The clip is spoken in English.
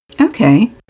Okay